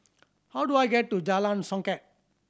how do I get to Jalan Songket